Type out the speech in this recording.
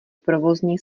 provozní